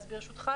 אז ברשותך,